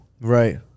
Right